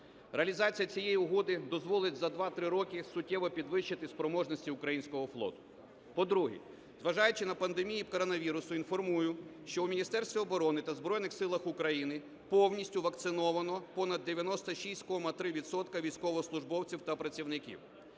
Реалізація цієї угоди дозволить за 2-3 роки суттєво підвищити спроможності українського флоту. По-друге, зважаючи на пандемію коронавірусу, інформую, що у Міністерстві оборони та Збройних Силах України повністю вакциновано понад 96,3 відсотка військовослужбовців та працівників.